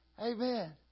Amen